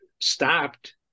stopped